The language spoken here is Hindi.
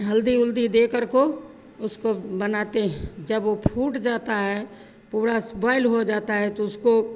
हल्दी उल्दी देकर को उसको बनाते हैं जब वह फूट जाती है पूरी बॉयल हो जाती है तो उसको